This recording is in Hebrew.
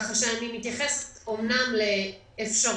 כך שאני מתייחסת אומנם לאפשרות,